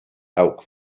elk